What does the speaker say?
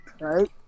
right